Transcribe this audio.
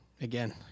again